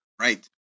Right